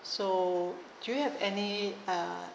so do you have any uh